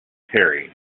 harry